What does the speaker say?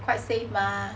quite sage mah